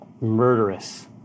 murderous